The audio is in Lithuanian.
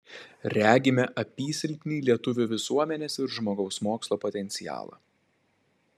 regime apysilpnį lietuvių visuomenės ir žmogaus mokslo potencialą